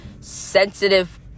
sensitive